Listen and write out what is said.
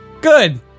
Good